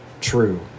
true